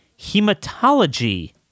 hematology